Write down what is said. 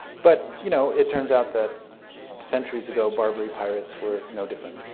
but you know it turns out that centuries ago, barbary pirates were no different.